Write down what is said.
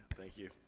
thank you.